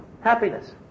happiness